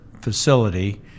facility